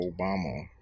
Obama